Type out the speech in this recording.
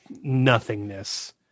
nothingness